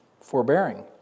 forbearing